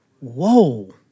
Whoa